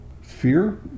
Fear